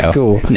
cool